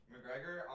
McGregor